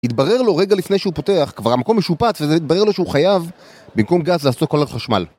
יתברר לו רגע לפני שהוא פותח, כבר המקום משופץ וזה יתברר לו שהוא חייב במקום גז לעשות קולר חשמל